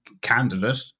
candidate